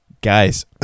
guys